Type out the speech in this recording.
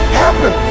happen